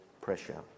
pressure